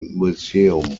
museum